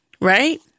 Right